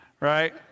right